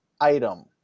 item